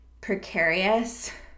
precarious